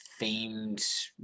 themed